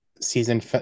season